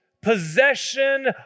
possession